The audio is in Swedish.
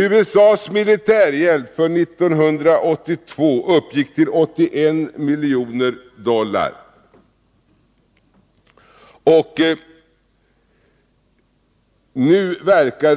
USA:s militärhjälp för 1982 uppgick befrielserörelserna till 81 miljoner dollar, och nu verkar